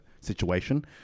situation